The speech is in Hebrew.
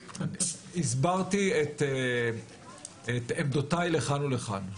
הסברתי את עמדותיי לכאן ולכאן,